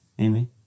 Amen